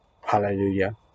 Hallelujah